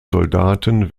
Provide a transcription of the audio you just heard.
soldaten